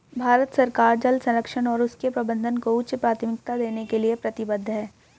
भारत सरकार जल संरक्षण और उसके प्रबंधन को उच्च प्राथमिकता देने के लिए प्रतिबद्ध है